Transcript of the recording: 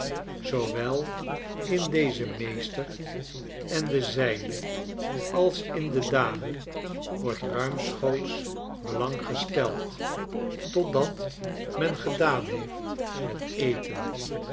zoowel in dezen meester en de zijnen alsin de dame wordtruimschoots belang gesteld totdat men gedaan heeft met eten